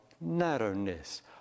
narrowness